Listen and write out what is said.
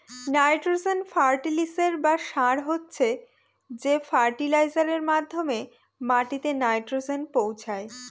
nitrogen ফার্টিলিসের বা সার হচ্ছে সে ফার্টিলাইজারের মাধ্যমে মাটিতে নাইট্রোজেন পৌঁছায়